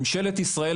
ממשלת ישראל,